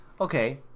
okay